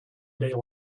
day